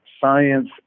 science